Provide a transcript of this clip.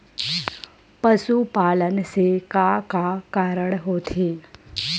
पशुपालन से का का कारण होथे?